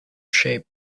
shape